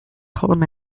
column